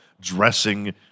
dressing